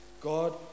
God